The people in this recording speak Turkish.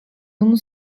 bunu